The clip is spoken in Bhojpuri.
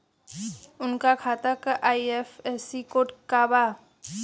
उनका खाता का आई.एफ.एस.सी कोड का बा?